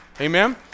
Amen